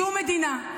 מסכימים איתך.